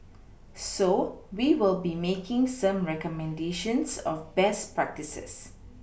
so we will be making some recommendations of best practices